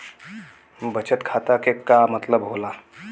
बचत खाता के का मतलब होला?